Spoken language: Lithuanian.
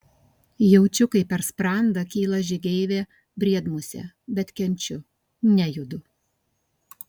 jaučiu kaip per sprandą kyla žygeivė briedmusė bet kenčiu nejudu